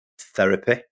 therapy